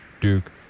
duke